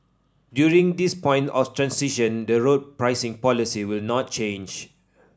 during this point of transition the road pricing policy will not change